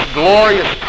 glorious